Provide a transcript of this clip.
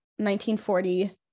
1940